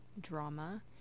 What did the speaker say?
drama